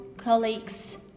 colleagues